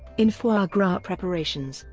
in foie gras preparations,